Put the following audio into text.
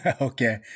Okay